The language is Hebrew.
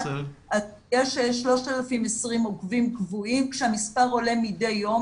יש 3,020 עוקבים קבועים כשהמספר עולה מדי יום,